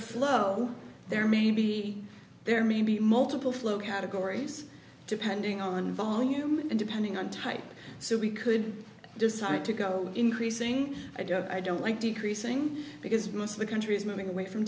flow there may be there may be multiple flow categories depending on volume and depending on type so we could decide to go increasing i guess i don't like decreasing because most of the country is moving away from